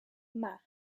mass